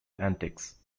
antiques